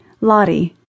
Lottie